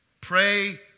Pray